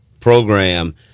program